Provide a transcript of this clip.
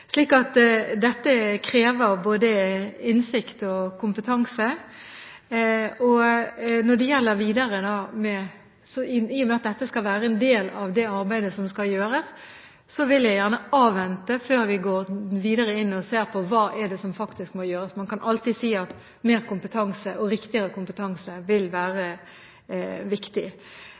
dette krever både innsikt og kompetanse. I og med at dette skal være en del av det arbeidet som skal gjøres, vil jeg gjerne avvente før vi går videre inn og ser på hva som faktisk må gjøres. Man kan alltid si at mer kompetanse og riktigere kompetanse vil være viktig,